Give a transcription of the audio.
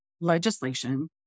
legislation